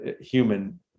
human